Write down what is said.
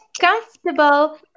comfortable